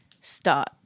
start